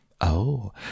Oh